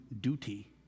duty